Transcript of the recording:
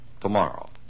tomorrow